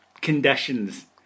conditions